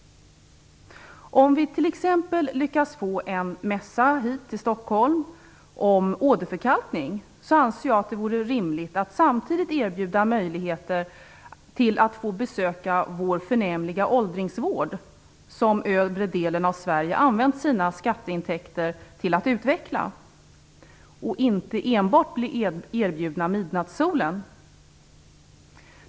Om vi t.ex. lyckas få en mässa till Stockholm om åderförkalkning anser jag att det vore rimligt att samtidigt erbjuda möjligheter till att få besöka vår förnämliga åldringsvård, som den norra delen av Sverige använt sina skatteintäkter till att utveckla, och inte endast erbjuda att se midnattssolen.